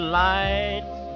lights